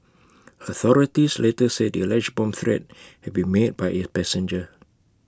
authorities later said the alleged bomb threat had been made by A passenger